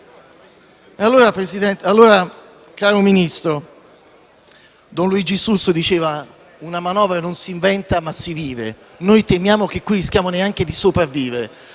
Signor Ministro, don Luigi Sturzo diceva che una manovra non si inventa, ma si vive. Noi temiamo che qui rischiamo di non sopravvivere